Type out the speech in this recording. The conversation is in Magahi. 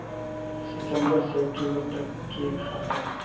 सितम्बर से अक्टूबर तक के खाता?